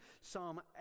Psalm